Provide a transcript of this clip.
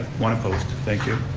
one opposed, thank you.